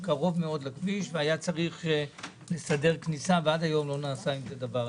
הוא קרוב מאוד לכביש היה צריך לסדר כניסה ועד היום לא נעשה עם זה דבר.